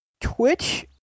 Twitch